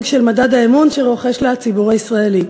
של מדד האמון שרוחש לה הציבור הישראלי,